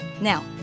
Now